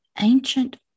ancient